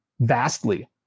vastly